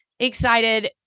excited